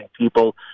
people